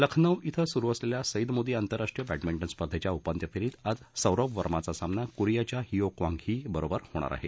लखनौ ध्वें सुरु असलेल्या सैद मोदी आंतरराष्ट्रीय बॅंडमिंटन स्पधेंच्या उपान्त्य फेरीत आज सौरभ वर्माचा सामना कोरियाच्या हियो क्वांग ही बरोबर होणार आहे